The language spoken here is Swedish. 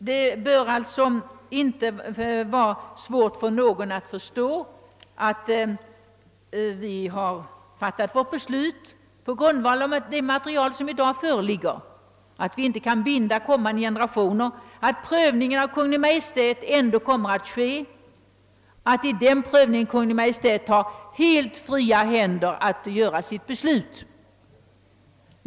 Det bör alltså inte vara svårt för någon att förstå, att vi har fattat vårt beslut på grundval av det material, som i dag föreligger, att vi inte kan binda kommande generationer, att prövningen av Kungl. Maj:t ändå kommer att ske och att Kungl. Maj:t i den prövningen har helt fria händer att fatta sitt beslut.